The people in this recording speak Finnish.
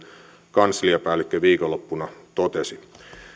kansliapäällikkö viikonloppuna totesi